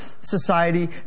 society